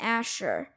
Asher